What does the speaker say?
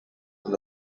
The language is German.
nahm